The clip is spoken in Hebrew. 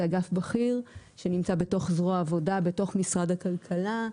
זה אגף בכיר שנמצא בתוך זרוע העבודה בתוך משרד הכלכלה.